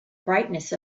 brightness